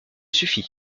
suffit